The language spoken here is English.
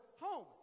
home